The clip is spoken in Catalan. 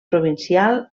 provincial